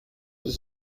ist